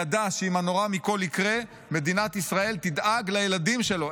ידע שאם הנורא מכול יקרה מדינת ישראל תדאג לילדים שלו.